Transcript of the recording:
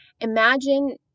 imagine